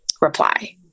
reply